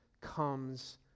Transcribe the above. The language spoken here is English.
comes